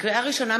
לקריאה ראשונה,